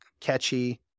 catchy